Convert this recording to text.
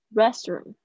restroom